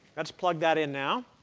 let's plug that in now.